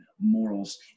morals